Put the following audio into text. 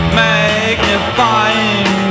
magnifying